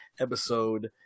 episode